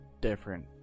different